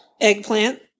eggplant